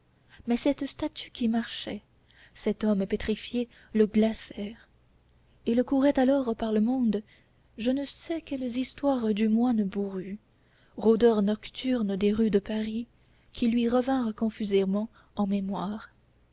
mais cette statue qui marchait cet homme pétrifié le glacèrent il courait alors par le monde je ne sais quelles histoires du moine bourru rôdeur nocturne des rues de paris qui lui revinrent confusément en mémoire